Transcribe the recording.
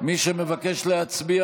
מי שמבקש להצביע,